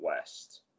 West